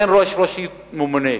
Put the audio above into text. אין ראש רשות ממונה.